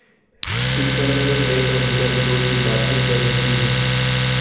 internal rate of return growth की वार्षिक दर होती है